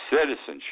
citizenship